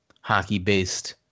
hockey-based